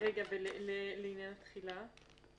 ולעניין התחילה?